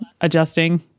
Adjusting